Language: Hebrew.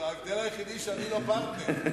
ההבדל היחידי, שאני לא פרטנר.